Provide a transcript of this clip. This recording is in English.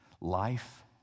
Life